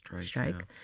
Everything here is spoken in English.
strike